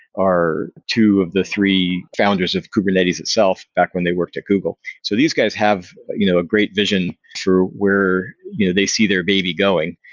are two of the three founders of kubernetes itself back when they worked at google. so these guys have you know a great vision through where do you know they see their baby going,